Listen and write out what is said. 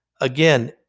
again